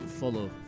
Follow